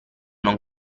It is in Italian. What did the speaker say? non